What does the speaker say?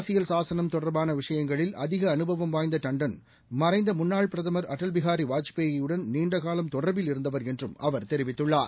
அரசியல் சாகனம் தொடர்பான விஷயங்களில் அதிக அனுபவம் வாய்ந்த தாண்டன் மறைந்த முன்னாள் பிரதமர் அடவ்பிஹாரி வாஜ்பாயி யுடன் நீண்டகாலம் தொடர்பில் இருந்தவர் என்று அவர் தெரிவித்துள்ளார்